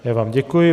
Já vám děkuji.